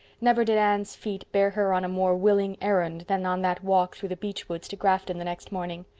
never did anne's feet bear her on a more willing errand than on that walk through the beechwoods to grafton the next morning.